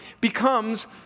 becomes